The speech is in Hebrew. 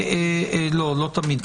לא, לא תמיד.